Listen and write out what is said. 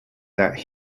that